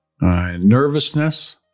nervousness